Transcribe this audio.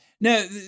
no